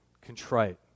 contrite